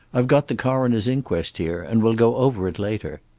i've got the coroner's inquest here, and we'll go over it later.